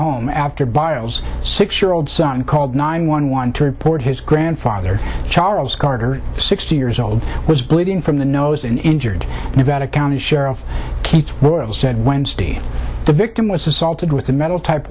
home after biles six year old son called nine one one to report his grandfather charles carter sixteen years old was bleeding from the nose an injured nevada county sheriff keith said wednesday the victim was assaulted with a metal type